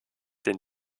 den